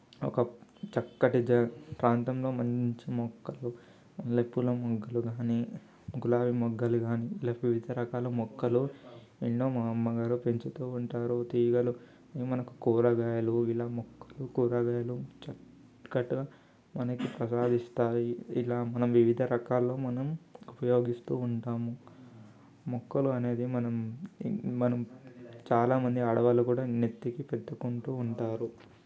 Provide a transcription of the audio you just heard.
ఒక చక్కటి ప్రాంతంలో మంచి మొక్కలు మల్లెపూల మొగ్గలు కానీ గులాబీ మొగ్గలు కాని ఇలా వివిధ రకాల మొక్కలు ఎన్నో మా అమ్మగారు పెంచుతూ ఉంటారు తీగలు మనకు కూరగాయలు ఇలా ముక్కలు కూరగాయలు చక్కటి మనకి ప్రసాదిస్తాయి ఇలా మన వివిధ రకాల మనం ఉపయోగిస్తూ ఉంటాము మొక్కలు అనేది మనం మనం చాలామంది ఆడవాళ్ళు కూడా నెత్తికి పెట్టుకుంటూ ఉంటారు